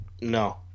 no